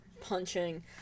punching